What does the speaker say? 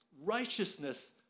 righteousness